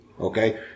Okay